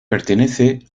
pertenece